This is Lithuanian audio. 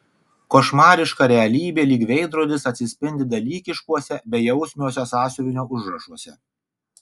košmariška realybė lyg veidrodis atsispindi dalykiškuose bejausmiuose sąsiuvinio užrašuose